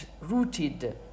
rooted